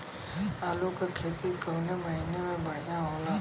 आलू क खेती कवने महीना में बढ़ियां होला?